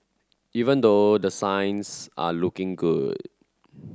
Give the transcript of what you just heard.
even though the signs are looking good